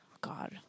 God